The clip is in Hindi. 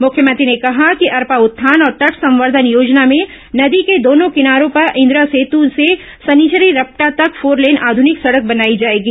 मुख्यमंत्री ने कहा कि अरपा उत्थान और तट संवर्धन योजना में नदी के दोनों किनारों पर इंदिरा सेतु से शनिचरी रपटा तक फोरलेन आध्रनिक सड़क बनाई जाएगी